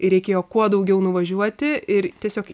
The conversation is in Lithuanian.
ir reikėjo kuo daugiau nuvažiuoti ir tiesiog